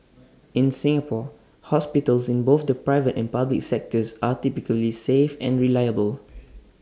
in Singapore hospitals in both the private and public sectors are typically safe and reliable